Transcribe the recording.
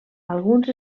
alguns